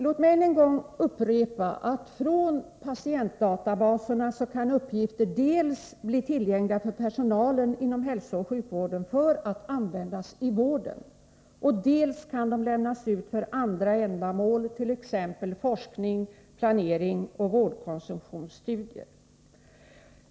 Låt mig än en gång upprepa att uppgifter från patientdatabaserna dels kan bli tillgängliga för personalen inom hälsooch sjukvården för att användas i vården, dels kan lämnas ut för andra ändamål, t.ex. forskning, planering och vårdkonsumtionsstudier.